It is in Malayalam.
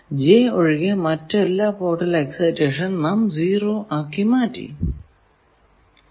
J ഒഴികെ മറ്റെല്ലാ പോർട്ടിലെ എക്സൈറ്റഷനും നാം 0 ആക്കി വെക്കും